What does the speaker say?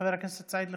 חבר הכנסת סעיד אלחרומי,